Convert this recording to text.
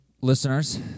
listeners